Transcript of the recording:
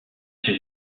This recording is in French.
ses